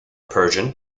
persian